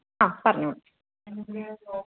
ആ പറഞ്ഞോളു